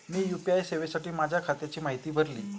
मी UPI सेवेसाठी माझ्या खात्याची माहिती भरली